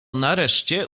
nareszcie